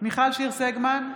מיכל שיר סגמן,